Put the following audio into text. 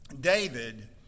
David